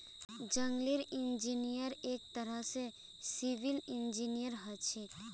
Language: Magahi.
जंगलेर इंजीनियर एक तरह स सिविल इंजीनियर हछेक